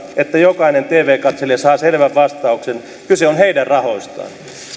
että jokainen tv katselija saa selvän vastauksen kyse on heidän rahoistaan